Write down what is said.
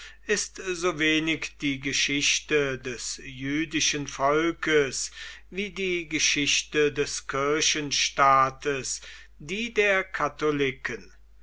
ist so wenig die geschichte des jüdischen volkes wie die geschichte des kirchenstaates die der katholiken